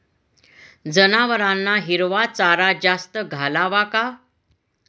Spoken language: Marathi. जनावरांना हिरवा चारा जास्त घालावा का?